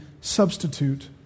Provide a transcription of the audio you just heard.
substitute